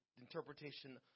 interpretation